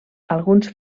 alguns